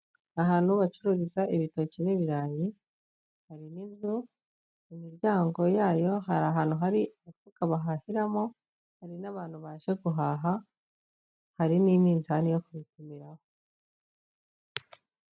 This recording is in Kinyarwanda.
Ahantu bacururiza ibitoki n'ibirayi, hari n'inzu, mu miryango yayo hari ahantu hari ufuka bahahiramo, hari n'abantu baje guhaha, hari n'iminzani yo kubipimiraho.